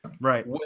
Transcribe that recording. Right